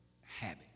habit